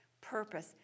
purpose